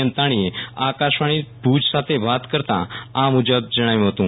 અંતાણીએ આકાશવાણી ભુજ સાથે વાત કરતા આ મુજબ જણાવ્યું હતું